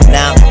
now